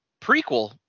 prequel